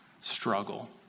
struggle